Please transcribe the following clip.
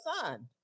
son